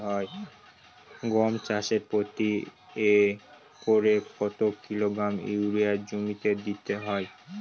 গম চাষে প্রতি একরে কত কিলোগ্রাম ইউরিয়া জমিতে দিতে হয়?